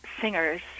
singers